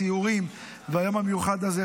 הסיורים והיום המיוחד הזה,